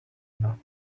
enough